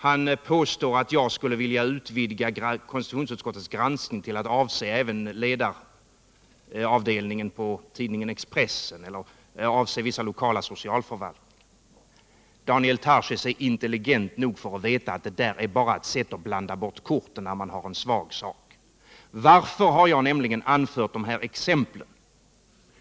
Han påstår att jag skulle vilja utvidga konstitutionsutskottets granskning till att avse även ledaravdelningen på tidningen Expressen och vissa lokala socialförvaltningar. Daniel Tarschys är intelligent nog för att inse att det bara är ett sätt att blanda bort korten när man har en svag sak att försvara. Varför har jag nämligen anfört dessa exempel?